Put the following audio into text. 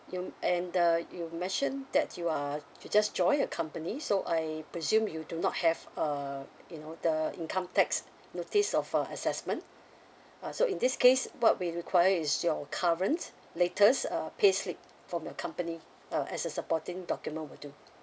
you and the you mentioned that you are you just joined a company so I presume you do not have uh you know the income tax notice of uh assessment uh so in this case what we require is your current latest uh pay slip from your company uh as a supporting document will do